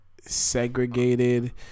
segregated